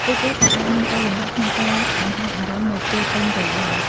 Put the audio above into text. ពួកគេក៏អាចមានការលំបាកក្នុងការបង្ហាញអារម្មណ៍នៅពេលពេញវ័យដែរ។